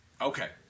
Okay